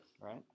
right